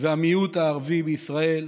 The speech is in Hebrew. והמיעוט הערבי בישראל.